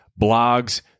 blogs